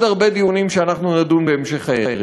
הרבה דיונים שאנחנו נדון בהמשך הערב.